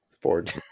Ford